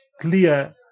clear